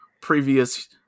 previous